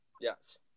Yes